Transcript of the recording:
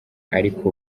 ariko